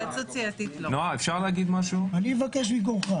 אפשר לבקש רוויזיה.